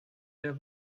der